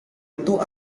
itu